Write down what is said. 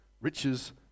riches